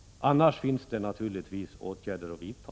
Annars finns det naturligtvis åtgärder att vidta.